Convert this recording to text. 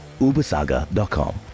ubersaga.com